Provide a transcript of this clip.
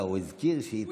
הוא לא הזכיר אותך,